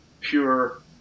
pure